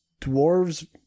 dwarves